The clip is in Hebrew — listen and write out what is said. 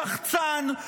שחצן,